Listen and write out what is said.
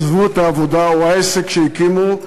עזבו את העבודה או העסק שהקימו,